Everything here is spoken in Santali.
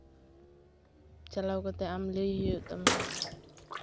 ᱪᱟᱞᱟᱣ ᱠᱟᱛᱮ ᱟᱢ ᱞᱟᱹᱭ ᱦᱩᱭᱩᱜ ᱛᱟᱢᱟ